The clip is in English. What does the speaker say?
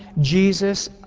Jesus